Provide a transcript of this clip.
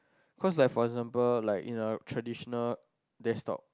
cause like for example like in a traditional desktop